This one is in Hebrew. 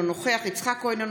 אינו נוכח יצחק כהן,